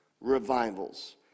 revivals